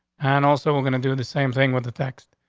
and also, we're gonna do the same thing with the text.